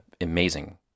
amazing